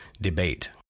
debate